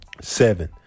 Seven